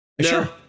Sure